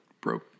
broke